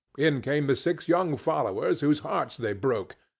in came the six young followers whose hearts they broke.